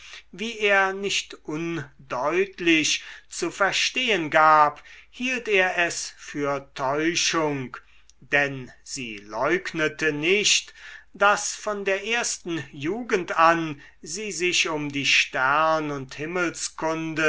wie er nicht undeutlich zu verstehen gab hielt er es für täuschung denn sie leugnete nicht daß von der ersten jugend an sie sich um die stern und